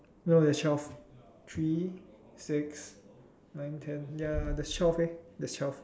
no there's twelve three six nine ten ya there's twelve leh there's twelve